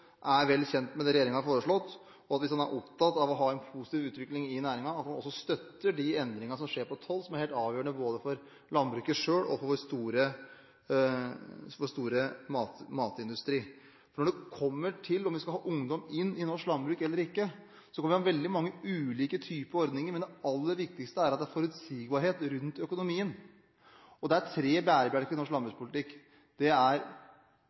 er vel kjent med det regjeringen har foreslått, og at han, hvis han er opptatt av å ha en positiv utvikling i næringen, også støtter de endringene som skjer knyttet til toll, som er helt avgjørende både for landbruket selv og for vår store matindustri. Når det kommer til om vi skal ha ungdom inn i norsk landbruk eller ikke, kan vi ha veldig mange ulike typer ordninger. Men det aller viktigste er at det er forutsigbarhet rundt økonomien. Det er tre bærebjelker i norsk landbrukspolitikk. Det er